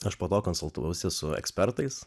aš po to konsultavausi su ekspertais